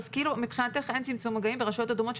מבחינתך את צמצום מגעים ברשויות אדמות,